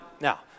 now